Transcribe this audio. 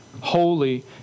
holy